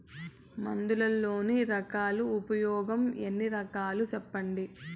మందులలోని రకాలను ఉపయోగం ఎన్ని రకాలు? సెప్పండి?